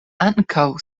ankaŭ